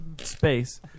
space